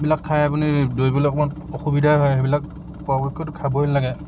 সেইবিলাক খাই আপুনি দৌৰিবলৈ অকণমান অসুবিধা হয় সেইবিলাক পৰাপক্ষতটো খাবই নালাগে